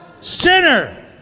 Sinner